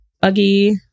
Buggy